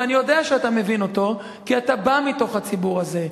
ואני יודע שאתה מבין אותו כי אתה בא מתוך הציבור הזה.